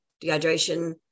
dehydration